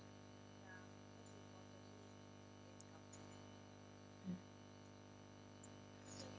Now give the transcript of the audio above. mm